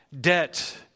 debt